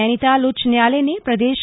नैनीताल उच्च न्यायालय ने प्रदे